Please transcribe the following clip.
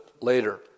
later